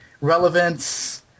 relevance